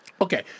Okay